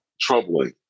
troubling